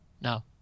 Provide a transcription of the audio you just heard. No